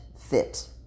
fit